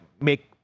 make